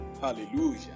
Hallelujah